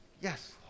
Yes